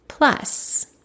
Plus